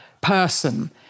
person